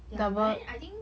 ya but then I think